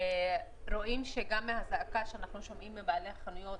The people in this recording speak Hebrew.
רואים שגם מהזעקה שאנחנו שומעים מבעלי החנויות,